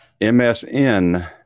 MSN